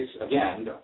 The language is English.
again